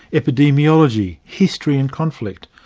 epidemiology, history and conflict,